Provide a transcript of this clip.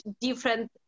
different